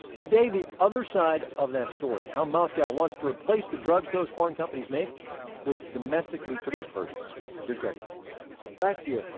today, the other side of that story how moscow wants to replace the drugs those foreign companies make with domestically produced versions here's gregory last year,